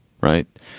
right